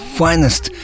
finest